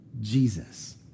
Jesus